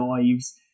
lives